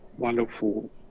Wonderful